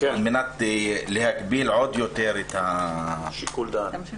על מנת להגביל עוד יותר את --- שיקול הדעת.